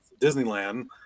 Disneyland